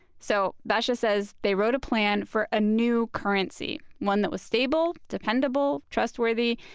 so bacha says they wrote a plan for a new currency one that was stable, dependable, trustworthy.